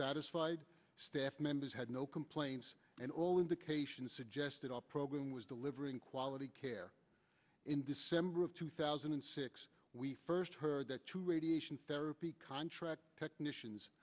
satisfied staff members had no complaints and all indications suggest that our program was delivering quality care in december of two thousand and six we first heard that two radiation therapy contract technicians